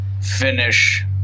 finish